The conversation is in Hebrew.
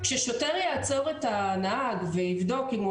כששוטר יעצור את הנהג ויבדוק אם הוא